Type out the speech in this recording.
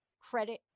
credit